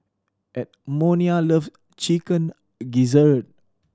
Edmonia loves Chicken Gizzard